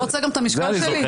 אתה רוצה גם את המשקל שלי?